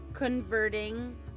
converting